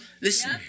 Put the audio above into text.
Listen